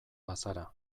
bazara